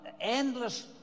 endless